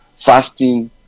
fasting